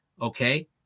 okay